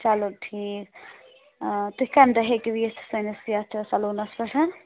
چلو ٹھیٖک تُہۍ کمہِ دۄہ ہیٚکِو یِتھ سٲنِس یَتھ سلوٗنَس پٮ۪ٹھ